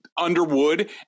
Underwood